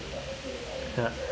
ya